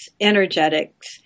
energetics